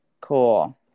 Cool